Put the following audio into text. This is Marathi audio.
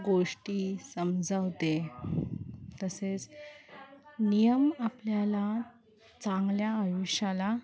गोष्टी समजावते तसेच नियम आपल्याला चांगल्या आयुष्याला